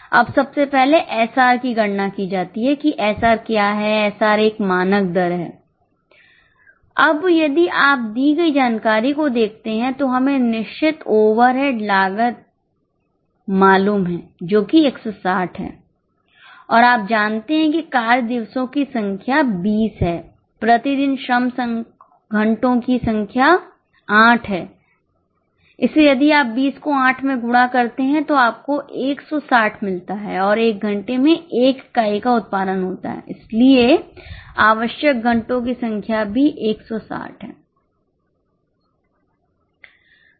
अब सबसे पहले एसआर एक मानक दर है अब यदि आप दी गई जानकारी को देखते हैं तो हमें निश्चित ओवरहेड लागत मालूम है जो कि 160 है और आप जानते हैं कि कार्य दिवसों की संख्या 20 है प्रति दिन श्रम घंटों की संख्या आठ है इसलिए यदि आप 20 को 8 में गुणा करते हैं तो आपको 160 मिलता है और 1 घंटे में 1 इकाई का उत्पादन होता है इसलिए आवश्यक घंटों की संख्या भी 160 है